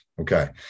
Okay